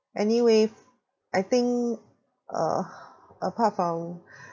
anyway I think a~ apart from